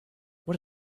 what